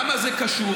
מה זה קשור?